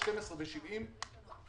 כל הנושא הזה התגלגל.